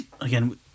again